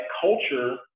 culture